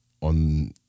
on